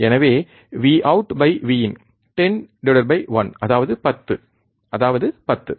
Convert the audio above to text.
எனவே VoutVin 10 1 அதாவது 10 அதாவது 10